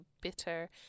bitter